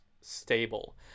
stable